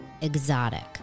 exotic